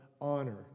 honor